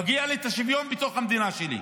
מגיע לי השוויון בתוך המדינה שלי,